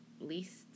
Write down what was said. least